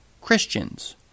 Christians